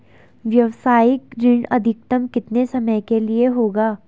व्यावसायिक ऋण अधिकतम कितने समय के लिए होगा?